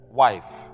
wife